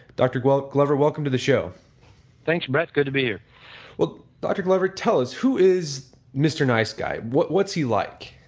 dr. glover, welcome to the show thanks brett, good to be here well, dr. glover, tell us who is mr. nice guy, what's he like?